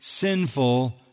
sinful